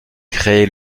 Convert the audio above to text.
créé